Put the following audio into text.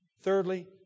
Thirdly